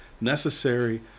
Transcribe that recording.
necessary